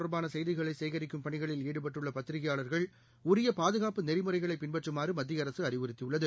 தொடர்பானசெய்திகளைசேகரிக்கும்பணிகளில்ஈடுபட்டுள்ளபத்திரிகையாள ர்கள் உரியபாதுகாப்புநெறிமுறைகளைபின்பற்றுமாறுமத்தியஅரசுஅறிவுறுத்தியுள் ளது